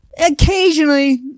Occasionally